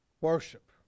worship